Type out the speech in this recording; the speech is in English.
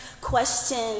questions